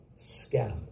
scam